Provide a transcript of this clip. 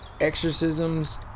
exorcisms